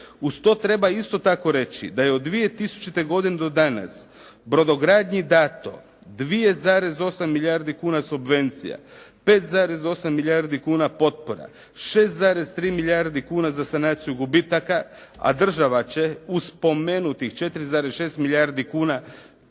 Uz to treba isto tako reći da je od 2000. godine do danas brodogradnji dano 2,8 milijardi kuna subvencija, 5,8 milijardi kuna potpora, 6,3 milijardi kuna za sanaciju gubitaka a država će uz spomenutih 4,6 milijardi kuna